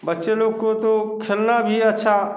बच्चे लोग को तो खेलना भी अच्छा